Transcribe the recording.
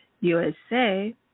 USA